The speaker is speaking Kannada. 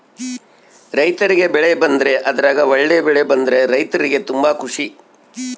ರೈರ್ತಿಗೆ ಬೆಳೆ ಬಂದ್ರೆ ಅದ್ರಗ ಒಳ್ಳೆ ಬೆಳೆ ಬಂದ್ರ ರೈರ್ತಿಗೆ ತುಂಬಾ ಖುಷಿ